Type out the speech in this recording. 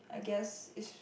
I guess it's